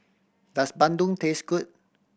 does bandung taste good